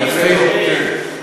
יפה,